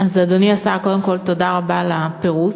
אדוני השר, קודם כול תודה רבה על הפירוט.